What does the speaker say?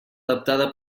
adaptada